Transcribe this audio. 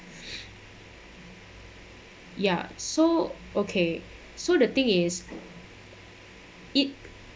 ya so okay so the thing is it